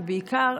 ובעיקר,